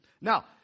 Now